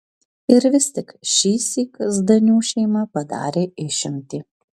ir vis tik šįsyk zdanių šeima padarė išimtį